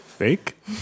Fake